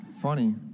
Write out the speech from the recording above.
funny